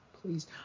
please